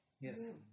Yes